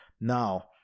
Now